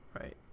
Right